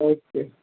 okay